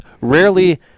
rarely